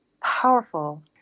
powerful